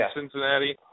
Cincinnati